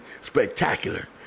spectacular